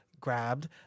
grabbed